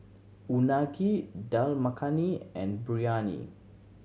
Unagi Dal Makhani and Biryani